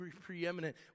preeminent